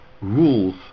rules